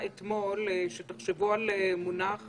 שתחשבו על מונח